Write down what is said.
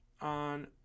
on